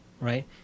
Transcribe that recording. right